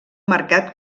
marcat